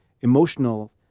emotional